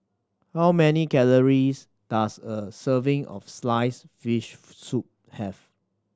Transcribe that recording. how many calories does a serving of sliced fish soup have